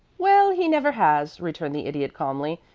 well, he never has, returned the idiot, calmly.